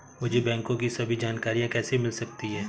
मुझे बैंकों की सभी जानकारियाँ कैसे मिल सकती हैं?